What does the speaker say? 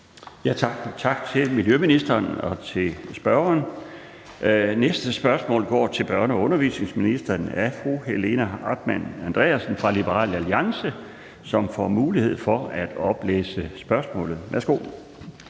Tak til miljøministeren og til spørgeren. Det næste spørgsmål går til børne- og undervisningsministeren fra fru Helena Artmann Andresen fra Liberal Alliance. Kl. 13:27 Spm. nr.